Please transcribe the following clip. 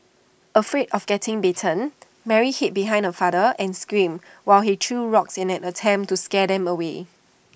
afraid of getting bitten Mary hid behind her father and screamed while he threw rocks in an attempt to scare them away